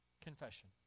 confession